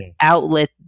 outlet